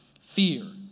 fear